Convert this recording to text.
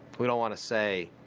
we don't wanna say,